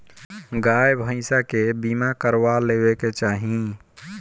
गाई भईसा के बीमा करवा लेवे के चाही